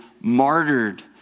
martyred